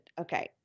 Okay